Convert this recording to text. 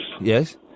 Yes